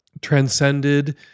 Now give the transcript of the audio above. transcended